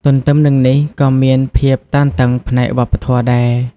ទន្ទឹមនឹងនេះ ក៏មានភាពតានតឹងផ្នែកវប្បធម៌ដែរ។